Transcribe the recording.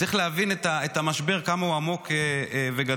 צריך להבין את המשבר, כמה הוא עמוק וגדול,